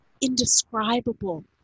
indescribable